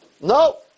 No